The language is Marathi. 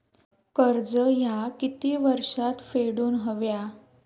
कर्ज ह्या किती वर्षात फेडून हव्या?